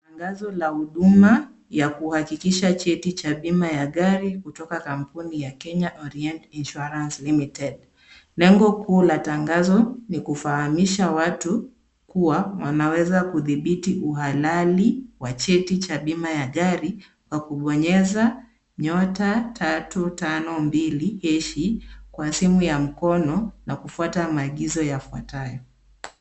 Tangazo la huduma ya kuhakikisha cheti cha bima ya gari kutoka kampuni ya Kenya Orient Insurance Limited. Lengo kuu la tangazo ni kufahamisha watu kuwa wanaweza kudhibiti uhalali wa cheti cha bima ya gari, kwa kubonyeza nyota tatu tano mbili heshi kwa simu ya mkono na kufuata maagizo yafuatayo.